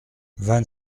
vingt